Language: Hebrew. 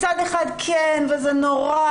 מצד אחד זה נורא,